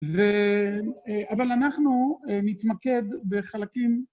ו... אבל אנחנו נתמקד בחלקים...